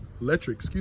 electric